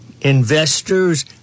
investors